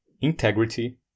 integrity